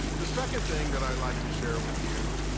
the second thing that i'd like to share with you